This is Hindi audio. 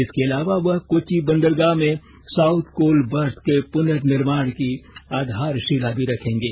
इसके अलावा वह कोच्चि बंदरगाह में साउथ कोल बर्थ के प्नर्निर्माण की आधारशिला भी रखेंगे